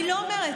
אני לא אומרת.